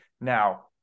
Now